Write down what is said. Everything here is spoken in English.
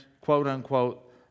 quote-unquote